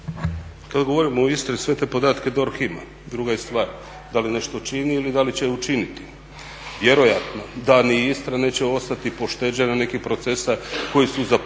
Kada govorimo o Istri, sve te podatke DORH ima, druga je stvar da li nešto čini ili da li će učiniti. Vjerojatno da ni Istra neće ostati pošteđena nekih procesa koji su zapljusnuli